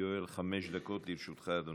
יואל, חמש דקות לרשותך, אדוני.